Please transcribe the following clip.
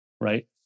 right